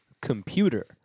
computer